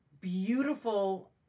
beautiful